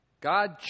God